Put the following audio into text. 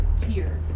Tier